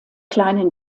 kleinen